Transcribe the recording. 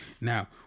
Now